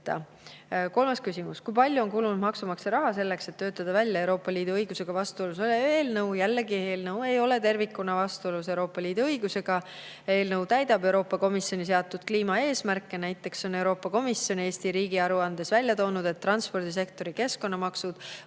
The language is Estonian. Kolmas küsimus: "Kui palju on kulunud maksumaksja raha selleks, et töötada välja Euroopa Liidu õigusega vastuolus olev eelnõu?" Jällegi, eelnõu ei ole tervikuna vastuolus Euroopa Liidu õigusega. Eelnõu täidab Euroopa Komisjoni seatud kliimaeesmärke. Näiteks on Euroopa Komisjon Eesti riigi aruandes välja toonud, et transpordisektori keskkonnamaksud